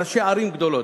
ראשי ערים גדולות,